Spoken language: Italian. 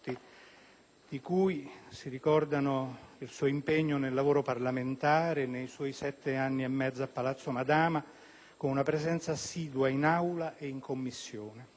di cui si ricorda l'impegno nel lavoro parlamentare nei suoi sette anni e mezzo a Palazzo Madama, con una presenza assidua in Aula e in Commissione.